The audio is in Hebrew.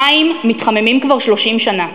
המים מתחממים כבר 30 שנה,